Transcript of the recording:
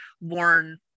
worn